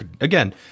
again